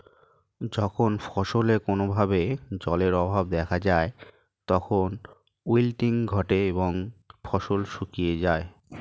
যখন ফসলে কোনো ভাবে জলের অভাব দেখা যায় তখন উইল্টিং ঘটে এবং ফসল শুকিয়ে যায়